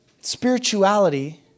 spirituality